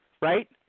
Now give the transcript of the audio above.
right